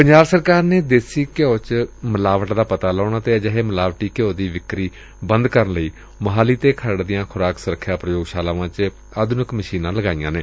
ਪੰਜਾਬ ਸਰਕਾਰ ਨੇ ਦੇਸੀ ਘਿਉ ਵਿਚ ਮਿਲਾਵਟ ਦਾ ਪਤਾ ਲਗਾਉਣ ਅਤੇ ਅਜਿਹੇ ਮਿਲਾਵਟੀ ਘਿਉ ਦੀ ਵਿਕਰੀ ਬੰਦ ਕਰਨ ਲਈ ਮੋਹਾਲੀ ਅਤੇ ਖਰੜ ਦੀਆਂ ਖੁਰਾਕ ਸੁਰੱਖਿਆ ਪੁਯੋਗਸ਼ਾਲਾਵਾਂ ਚ ਆਧੁਨਿਕ ਮਸ਼ੀਨਾਂ ਲਗਾਈਆਂ ਨੇ